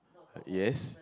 yes